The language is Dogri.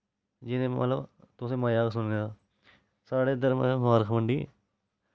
जिनें मतलव तुसें मजा औग सुनने दा साढ़े इद्धर मबारख मंडी